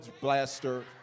blaster